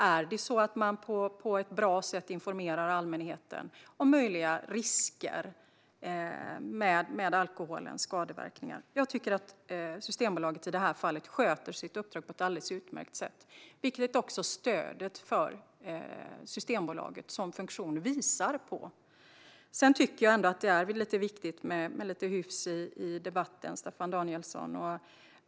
Informerar man allmänheten på ett bra sätt om möjliga risker och alkoholens skadeverkningar? Jag tycker att Systembolaget sköter sitt uppdrag på ett utmärkt sätt i det fallet. Det visar också stödet för Systembolaget som funktion. Det är också viktigt med lite hyfs i debatten, Staffan Danielsson.